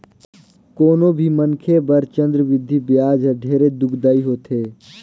कोनो भी मनखे बर चक्रबृद्धि बियाज हर ढेरे दुखदाई होथे